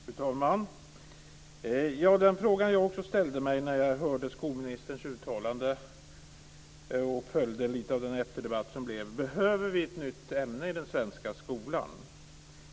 Fru talman! Den fråga som också jag ställde mig när jag hörde skolministerns uttalande var: Behöver vi ett nytt ämne i den svenska skolan?